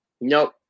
Nope